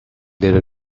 little